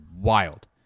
wild